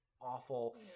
awful